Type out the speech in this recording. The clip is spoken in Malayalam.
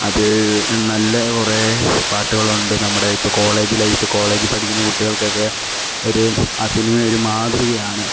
അതിൽ നല്ല കുറേ പാട്ടുകളുണ്ട് നമ്മുടെ ഇപ്പോൾ കോളേജ് ലൈഫ് കോളേജിൽ പഠിക്കുന്ന കുട്ടികൾക്കൊക്കെ ഒരു ആ സിനിമ ഒരു മാതൃകയാണ്